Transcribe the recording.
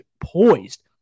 poised